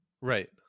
Right